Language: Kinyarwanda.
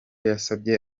yasabye